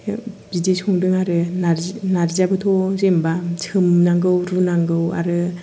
बिदि संदों आरो नारजि नारजियाबोथ' मोजां सोमनांगौ रुनांगौ आरो